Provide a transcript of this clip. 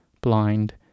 blind